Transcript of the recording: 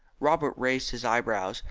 robert raised his eyebrows,